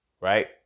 right